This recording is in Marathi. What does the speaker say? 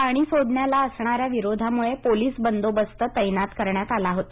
पाणी सोडण्याला असणाऱ्या विरोधामुळे पोलिस बंदोबस्त तैनात करण्यात आला होता